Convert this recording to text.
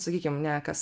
sakykim ne kas